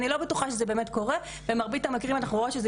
אני לא בטוחה שזה קורה ובמרבית המקרים אנחנו רואים שזה